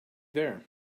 there